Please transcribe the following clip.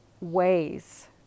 ways